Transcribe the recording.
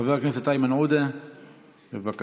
חבר הכנסת איימן עודה, בבקשה,